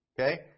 okay